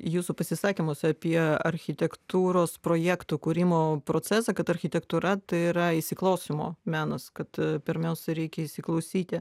jūsų pasisakymas apie architektūros projektų kūrimo procesą kad architektūra tai yra įsiklausymo menas kad pirmiausia reikia įsiklausyti